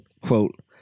quote